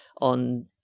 on